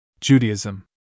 Judaism